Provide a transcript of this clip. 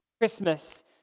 Christmas